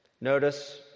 notice